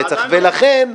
ולכן,